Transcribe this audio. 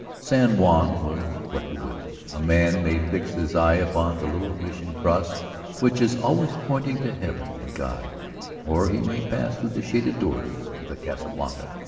san juan was what you will. a man may fix his eye upon the little mission cross which is always pointing to heaven and god or he may pass through the shaded doors of the casa blanca,